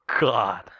God